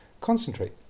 concentrate